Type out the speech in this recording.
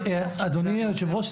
אדוני היושב-ראש,